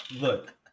look